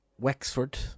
Wexford